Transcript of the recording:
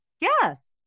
Yes